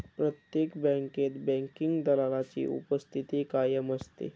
प्रत्येक बँकेत बँकिंग दलालाची उपस्थिती कायम असते